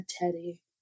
teddy